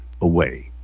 away